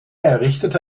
errichtete